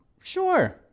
Sure